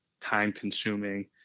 time-consuming